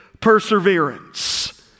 perseverance